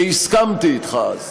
שהסכמתי אתך אז.